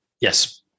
Yes